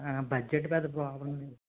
budget పెద్ద problem లేదు